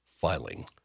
filing